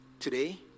Today